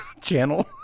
channel